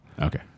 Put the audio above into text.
okay